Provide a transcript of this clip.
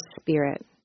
Spirit